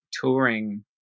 touring